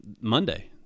Monday